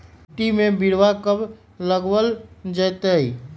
मिट्टी में बिरवा कब लगवल जयतई?